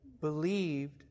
believed